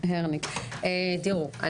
תראו,